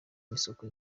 n’isuku